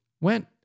went